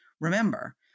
Remember